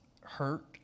hurt